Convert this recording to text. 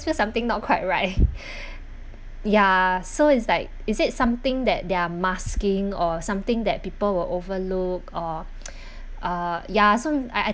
just something not quite right ya so it's like is it something that they are masking or something that people will overlook or uh ya so I I